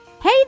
Hey